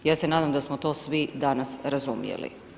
Ja se nadam da smo to svi danas razumjeli.